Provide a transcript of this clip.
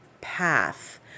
path